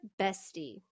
bestie